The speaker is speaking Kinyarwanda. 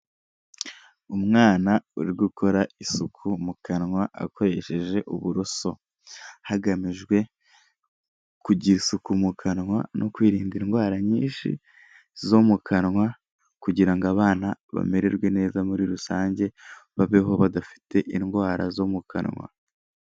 Umwana uri gukora isuku mu kanwa akoresheje uburoso, hagamijwe kugira isuku mu kanwa no kwirinda indwara nyinshi zo mu kanwa kugira ngo abana bamererwe neza muri rusange, babeho badafite indwara zo mu kanwa.